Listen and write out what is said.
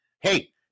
Hey